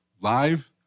Live